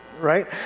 right